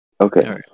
Okay